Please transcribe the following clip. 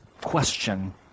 question